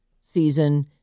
season